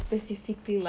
in specific